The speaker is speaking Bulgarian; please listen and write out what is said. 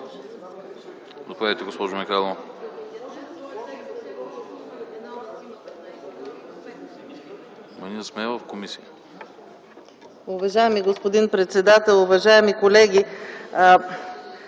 Уважаеми господин председател, уважаеми колеги!